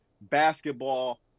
Basketball